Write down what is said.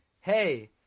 Hey